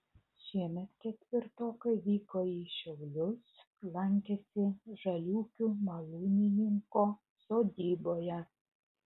šiemet ketvirtokai vyko į šiaulius lankėsi žaliūkių malūnininko sodyboje